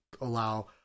allow